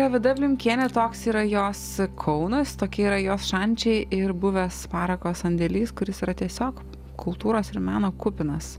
vita bliumkienė toks yra jos kaunas tokie yra jos šančiai ir buvęs parako sandėlis kuris yra tiesiog kultūros ir meno kupinas